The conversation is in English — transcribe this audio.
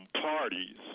parties